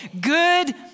good